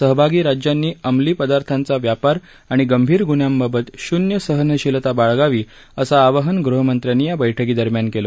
सहभागी राज्यांनी अंमली पदार्थांचा व्यापार आणि गंभीर गुन्ह्यांबाबत शून्य सहनशीलता बाळगावी असं आवाहन गृहमंत्र्यांनी या बैठकी दरम्यान केलं